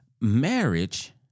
marriage